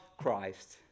Christ